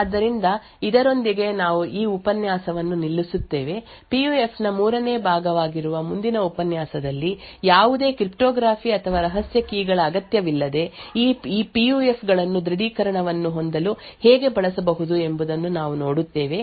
ಆದ್ದರಿಂದ ಇದರೊಂದಿಗೆ ನಾವು ಈ ಉಪನ್ಯಾಸವನ್ನು ನಿಲ್ಲಿಸುತ್ತೇವೆ ಪಿಯುಎಫ್ ನ ಮೂರನೇ ಭಾಗವಾಗಿರುವ ಮುಂದಿನ ಉಪನ್ಯಾಸದಲ್ಲಿ ಯಾವುದೇ ಕ್ರಿಪ್ಟೋಗ್ರಫಿ ಅಥವಾ ರಹಸ್ಯ ಕೀಗಳ ಅಗತ್ಯವಿಲ್ಲದೇ ಈ ಪಿಯುಎಫ್ ಗಳನ್ನು ದೃಢೀಕರಣವನ್ನು ಹೊಂದಲು ಹೇಗೆ ಬಳಸಬಹುದು ಎಂಬುದನ್ನು ನಾವು ನೋಡುತ್ತೇವೆ